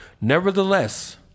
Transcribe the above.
Nevertheless